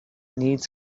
needs